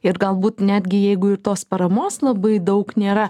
ir galbūt netgi jeigu ir tos paramos labai daug nėra